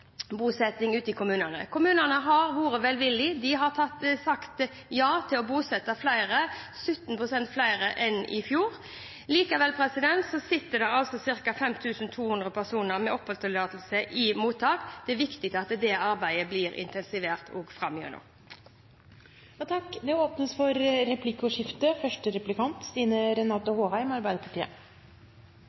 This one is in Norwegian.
rekordbosetting ute i kommunene. Kommunene har vært velvillige. De har sagt ja til å bosette flere – 17 pst. flere enn i fjor. Likevel sitter det altså ca. 5 200 med oppholdstillatelse i mottak. Det er viktig at dette arbeidet blir intensivert også framover. Det blir replikkordskifte. Budsjettforslaget fra regjeringen har fått en del kritikk for